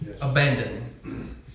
Abandon